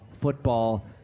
football